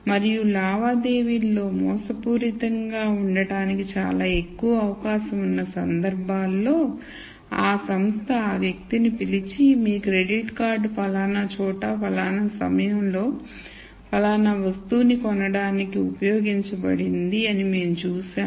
మరియు లావాదేవీలో మోసపూరితంగా ఉండటానికి చాలా ఎక్కువ అవకాశం ఉన్న సందర్భాల్లో ఆ సంస్థ ఆ వ్యక్తిని పిలిచి మీ క్రెడిట్ కార్డు ఫలానా చోట ఫలానా సమయంలో ఫలానా వస్తువు ని కొనడానికి ఉపయోగించబడింది అని మేము చూసాము